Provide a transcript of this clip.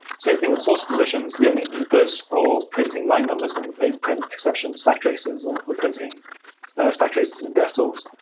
same thing with source positions. we only need those for printing line numbers when you print print exception stack traces, or for printing stack traces in devtools.